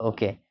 Okay